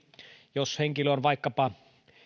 jos henkilö on vaikkapa